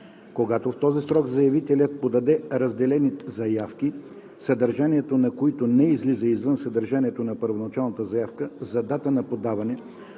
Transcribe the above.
Когато в този срок заявителят подаде разделени заявки, съдържанието на които не излиза извън съдържанието на първоначалната заявка, за дата на подаване,